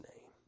name